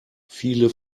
viele